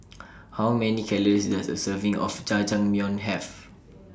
How Many Calories Does A Serving of Jajangmyeon Have